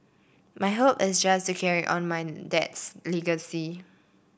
my hope is just to carry on my dad's legacy